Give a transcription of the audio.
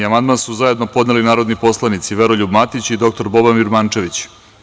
Amandman su zajedno podneli narodni poslanici Veroljub Matić i dr Boban Birmančević.